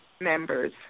members